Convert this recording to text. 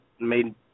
made